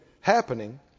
happening